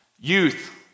youth